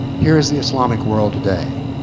here is the islamic world today.